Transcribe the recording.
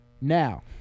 Now